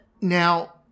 Now